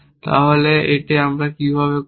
তাহলে এটা আমরা কিভাবে করব